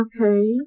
Okay